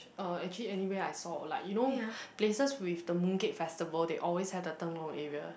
uh actually anywhere I saw like you know places with the Mooncake Festival they always have the 灯笼 area